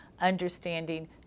understanding